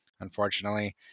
unfortunately